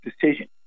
decision